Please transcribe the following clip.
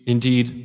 Indeed